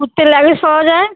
কোথা থেকে লাগেজ পাওয়া যায়